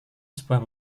sebuah